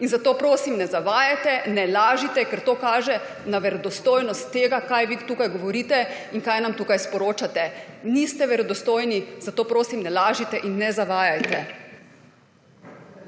Zato prosim, ne zavajajte, ne lažite, ker to kaže na verodostojnost tega, kaj vi tukaj govorite in kaj nam tukaj sporočate. Niste verodostojni, zato prosim, ne lažite in ne zavajajte.